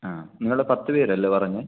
ആ നിങ്ങൾ പത്ത് പേരല്ലേ പറഞ്ഞത്